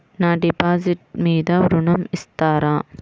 నా డిపాజిట్ మీద ఋణం ఇస్తారా?